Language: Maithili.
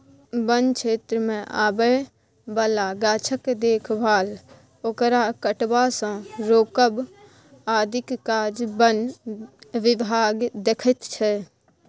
बन क्षेत्रमे आबय बला गाछक देखभाल ओकरा कटबासँ रोकब आदिक काज बन विभाग देखैत छै